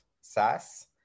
SaaS